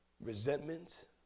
Resentment